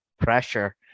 pressure